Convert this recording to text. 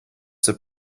that